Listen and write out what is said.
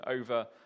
over